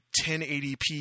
1080p